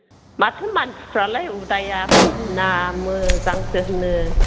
माथो मानसिफ्रालाय उदायासो होना मोजांसो होनो